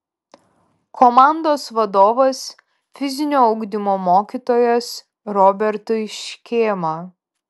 komandos vadovas fizinio ugdymo mokytojas robertui škėma